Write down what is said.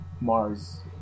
Mars